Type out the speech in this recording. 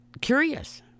curious